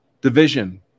division